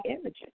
images